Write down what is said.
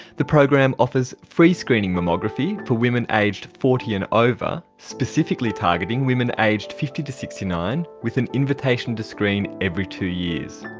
the program offers free screening mammography for women aged forty and over, specifically targeting women aged fifty to sixty nine with an invitation to screen every two years.